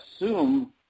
assume